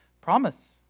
promise